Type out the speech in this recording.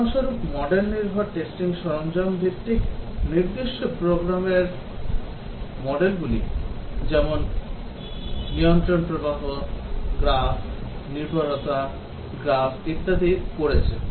উদাহরণস্বরূপ মডেল নির্ভর টেস্টিং সরঞ্জাম ভিত্তিক নির্দিষ্ট প্রোগ্রামের মডেলগুলি যেমন নিয়ন্ত্রণ প্রবাহ গ্রাফ নির্ভরতা গ্রাফ ইত্যাদি করেছে